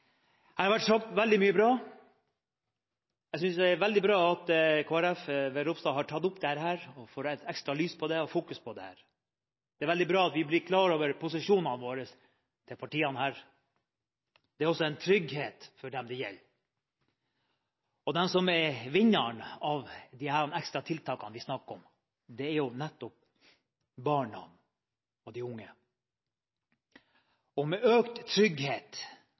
Jeg synes det er veldig bra at Kristelig Folkeparti ved representanten Ropstad har tatt opp dette og fått kastet ekstra lys over det. Det er veldig bra at vi blir klar over posisjonene til partiene her. Det er også en trygghet for dem det gjelder. De som er vinnerne av de ekstra tiltakene vi snakker om, er jo nettopp barna og de unge. Med økt trygghet